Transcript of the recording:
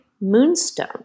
Moonstone